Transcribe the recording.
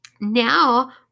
Now